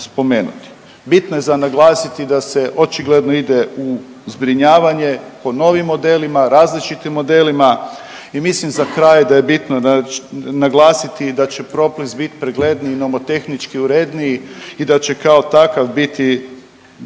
Bitno je za naglasiti da se očigledno ide u zbrinjavanje po novim modelima, različitim modelima i mislim za kraj da je bitno naglasiti da će propis biti pregledniji, nomotehnički uredniji i da će kao takav biti